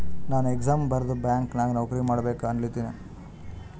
ನಾನು ಎಕ್ಸಾಮ್ ಬರ್ದು ಬ್ಯಾಂಕ್ ನಾಗ್ ನೌಕರಿ ಮಾಡ್ಬೇಕ ಅನ್ಲತಿನ